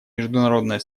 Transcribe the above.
международное